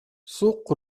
سوق